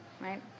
right